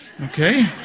Okay